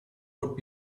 would